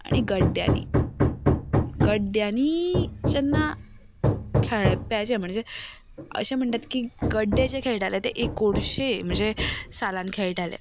आनी गड्डयांनी गड्ड्यांनी जेन्ना खेळप्याचें म्हणजें अशें म्हणटात की गड्डे जे खेळटाले ते एकुणशें म्हणजें सालांत खेळटाले